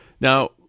now